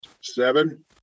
Seven